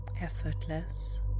effortless